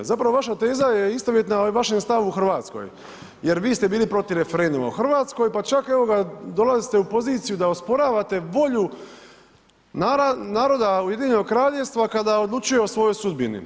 Zapravo vaša teza je istovjetna vašem stavu u Hrvatskoj jer vi ste bili protiv referenduma u Hrvatskoj pa čak evo ga dolazite u poziciju da osporavate volju naroda Ujedinjenog Kraljevstva kada odlučuje o svojoj sudbini.